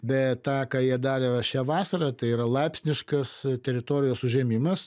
bet tą ką jie darė va šią vasarą tai yra laipsniškas teritorijos užėmimas